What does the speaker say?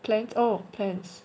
plans oh plans